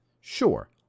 sure